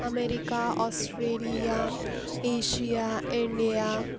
America Australia Asia India